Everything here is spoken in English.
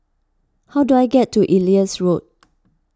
how do I get to Ellis Road